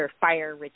fire